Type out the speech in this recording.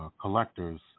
collector's